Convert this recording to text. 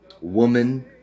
woman